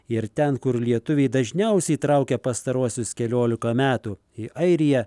ir ten kur lietuviai dažniausiai traukia pastaruosius keliolika metų į airiją